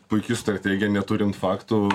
puiki strategija neturint faktų